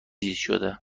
شده